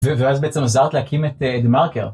ואז בעצם עזרת להקים את דמארקר.